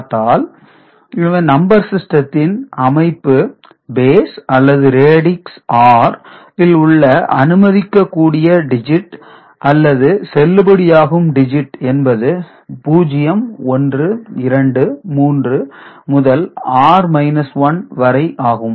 d 1d 2 d m dn x rn d1 x r1 d0 x r0 d 1 x r 1 d 2 x r 2 d m x r m எனவே number சிஸ்டத்தில் அமைப்பு base அல்லது radix r இல் உள்ள அனுமதிக்கக் கூடிய digit செல்லுபடியாகும் அல்லது டிஜிட் என்பது 0123 முதல் r 1 வரை ஆகும்